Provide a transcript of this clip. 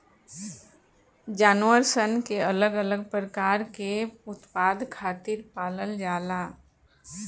जानवर सन के अलग अलग प्रकार के उत्पाद खातिर पालल जाला